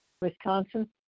Wisconsin